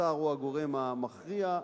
השר הוא הגורם המכריע.